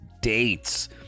dates